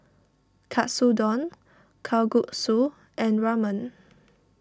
Katsudon Kalguksu and Ramen